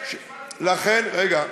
רגע.